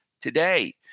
today